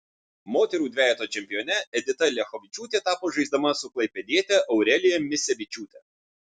moterų dvejeto čempione edita liachovičiūtė tapo žaisdama su klaipėdiete aurelija misevičiūte